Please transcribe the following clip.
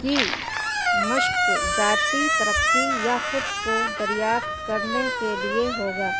کی مشق ذاتی ترقی یا خود کو دریافت کرنے کے لیے ہوگا